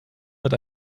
wird